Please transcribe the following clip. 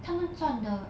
他们赚的